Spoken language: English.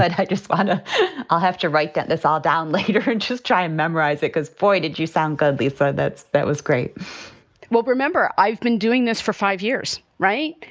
i just want to i'll have to write this all down later and just try and memorize it, because, boy, did you sound good before that. that was great we'll remember. i've been doing this for five years. right.